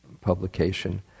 publication